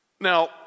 Now